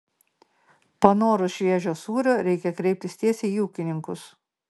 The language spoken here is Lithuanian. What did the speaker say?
panorus šviežio sūrio reikia kreiptis tiesiai į ūkininkus